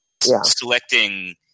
selecting